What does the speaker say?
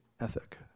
ethic